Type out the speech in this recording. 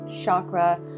chakra